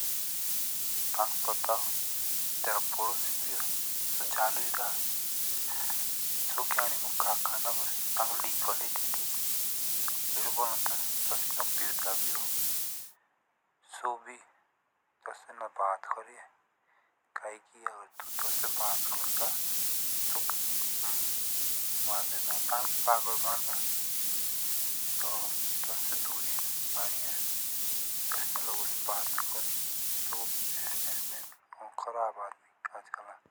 तक पताओ तेरा पडोसी बे हो जलुई रा। सो कियानी तक का ना बोली लेको लेटी दे। असो बोलो था तौसिक आओ पिटदा भी हो। सोबी तौसिक से बात ना करिए काईकि अब तु जो तु तोसे से बात करदा ताक मारददा पागल बंदा। असनेह लोगों से बात ना करें सो स्नेह स्नेह खराब आदमी।